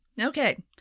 Okay